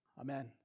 Amen